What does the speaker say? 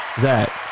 Zach